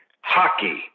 hockey